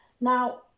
Now